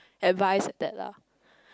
advice like that lah